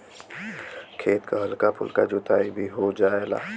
खेत क हल्का फुल्का जोताई भी हो जायेला